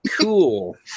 cool